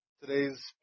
Today's